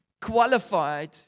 qualified